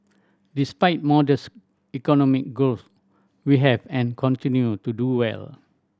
despite modest economic growth we have and continue to do well